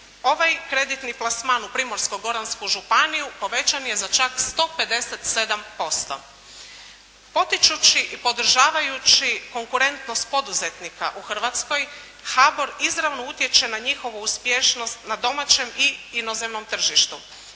ovaj kreditni plasman u Primorsko-goransku županiju povećan je za čak 157%. Potičući i podržavajući konkurentnost poduzetnika u Hrvatskoj, HBOR izravno utječe na njihovu uspješnost na domaćem i inozemnom tržištu.